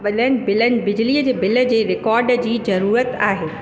बिलनि बिलनि बिजलीअ जे बिल जे रिकॉड जी ज़रूरत आहे